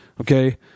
Okay